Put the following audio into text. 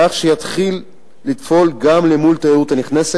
כך שיתחיל לפעול גם למול התיירות הנכנסת,